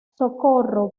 socorro